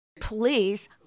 Please